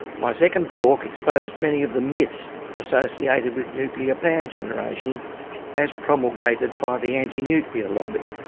my second talk exposed many of the myths associated with nuclear power generation as promulgated by the anti-nuclear lobby.